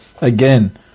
again